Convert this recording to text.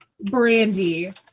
Brandy